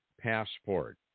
passport